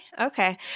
Okay